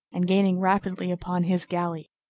and gaining rapidly upon his galley.